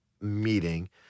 meeting